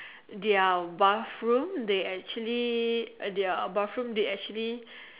their bathroom they actually their bathroom they actually